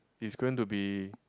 it's going to be